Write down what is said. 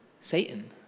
Satan